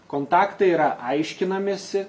kontaktai yra aiškinamesi